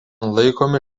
laikomi